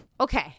okay